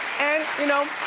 and you know.